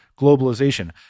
globalization